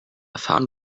found